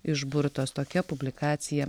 išburtos tokia publikacija